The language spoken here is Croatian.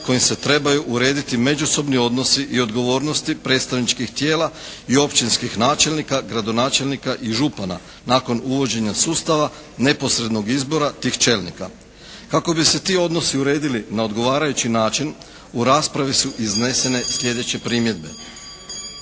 kojim se trebaju urediti međusobni odnosi i odgovornosti predstavničkih tijela i općinskih načelnika, gradonačelnika i župana nakon uvođenja sustava neposrednog izbora tih čelnika. Kako bi se ti odnosi uredili na odgovarajući način u raspravi su iznesene slijedeće primjedbe.